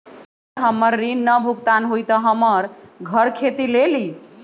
अगर हमर ऋण न भुगतान हुई त हमर घर खेती लेली?